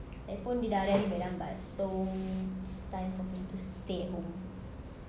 lagipun dia dah hari hari balik lambat so it's time for him to stay at home